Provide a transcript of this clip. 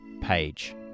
page